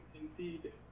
indeed